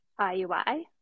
IUI